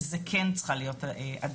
זאת כן צריכה להיות עדיפות,